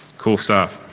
cool stuff.